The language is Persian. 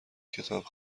کتاب